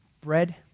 bread